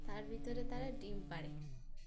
তার ভিতরে তারা ডিম পাড়ে